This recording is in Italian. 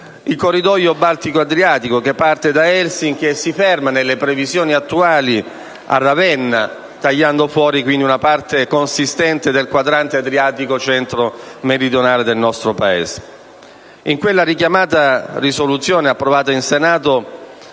al corridoio Baltico-Adriatico che parte da Helsinki e si ferma, nelle previsioni attuali, a Ravenna, tagliando fuori una parte consistente del quadrante adriatico centromeridionale del nostro Paese. In quella richiamata risoluzione, approvata in Senato,